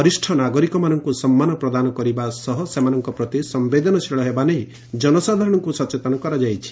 ବରିଷ୍ଡ ନାଗରିକ ମାନଙ୍କୁ ସମ୍ମାନ ପ୍ରଦାନ କରିବା ସହ ସେମାନଙ୍କ ପ୍ରତି ସମ୍ଭେଦନଶୀଳ ହେବା ନେଇ ଜନସାଧାରଣଙ୍କୁ ସଚେତନ କରାଯାଉଛି